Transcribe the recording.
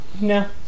No